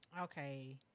Okay